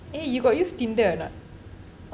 eh you got use tinder liao